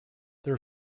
their